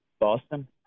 Boston